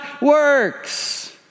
works